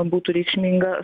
būtų reikšminga